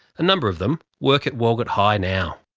a number of them work at walgett high now.